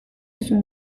duzu